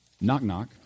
Knock-knock